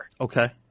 Okay